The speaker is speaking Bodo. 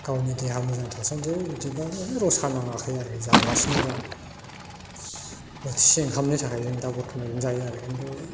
गावनि देहा मोजां थासान्दियाव जेन'बा रसा नाङाखै आरोखि जागासिनो दं बोथिसे ओंखामनि थाखाय जों दा बरथमान बिदिनो जायो आरो खिन्थु